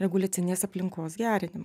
reguliacinės aplinkos gerinimas